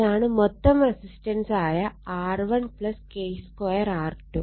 ഇതാണ് മൊത്തം റെസിസ്റ്റൻസായ R1 K2 R2